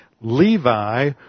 Levi